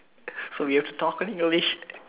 so we have to talk in English